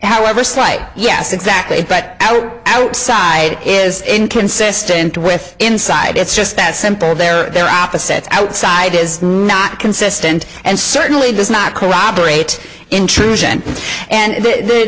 however slight yes exactly but our outside is inconsistent with inside it's just that simple there their opposite outside is not consistent and certainly does not corroborate intrusion and